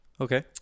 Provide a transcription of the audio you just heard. Okay